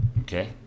Okay